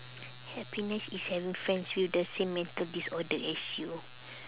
happiness is having friends with the same mental disorder as you